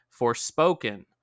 Forspoken